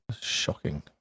Shocking